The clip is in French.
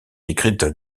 écrite